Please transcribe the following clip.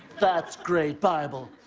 that's great bible.